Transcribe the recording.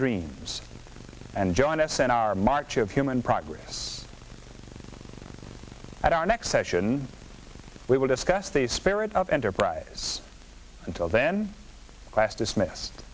dreams and join us in our march of human progress at our next session we will discuss the spirit of enterprise well then last this mess